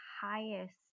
highest